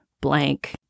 blank